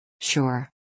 Sure